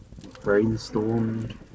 brainstormed